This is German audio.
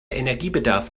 energiebedarf